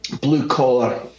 blue-collar